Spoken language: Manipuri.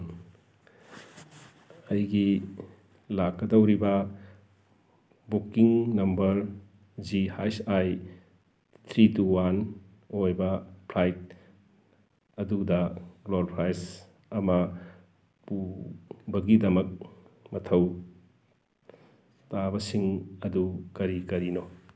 ꯑꯩꯒꯤ ꯂꯥꯛꯀꯗꯧꯔꯤꯕ booking number G H I three two one ꯑꯣꯏꯕ ꯐ꯭ꯂꯥꯏꯠ ꯑꯗꯨꯗ ꯀ꯭ꯂꯣꯐꯥꯏꯁ ꯑꯃ ꯄꯨꯕꯒꯤꯗꯃꯛ ꯃꯊꯧ ꯇꯥꯕꯁꯤꯡ ꯑꯗꯨ ꯀꯔꯤ ꯀꯔꯤꯅꯣ